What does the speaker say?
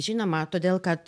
žinoma todėl kad